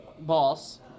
boss